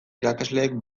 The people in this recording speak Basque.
irakasleek